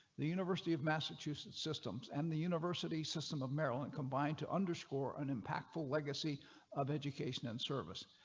the university of massachusetts systems, and the university system of maryland combined to underscore and impactful legacy of education and service.